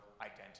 identity